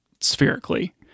spherically